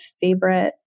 favorite